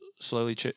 slowly